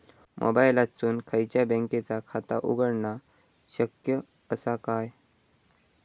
मोबाईलातसून खयच्याई बँकेचा खाता उघडणा शक्य असा काय?